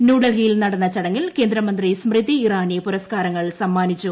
ന്യൂഡൽഹിയിൽ നടന്ന ചടങ്ങിൽ കേന്ദ്രമന്ത്രി സ്മൃതി ഇറാനി പുരസ്കാരങ്ങൾ സമ്മാനിച്ചു